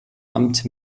amt